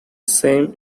same